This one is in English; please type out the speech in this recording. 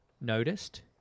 noticed